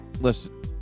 Listen